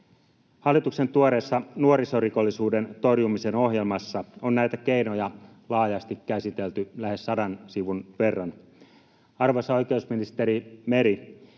Hallituksen tuoreessa nuorisorikollisuuden torjumisen ohjelmassa on näitä keinoja laajasti käsitelty lähes sadan sivun verran. Arvoisa oikeusministeri Meri,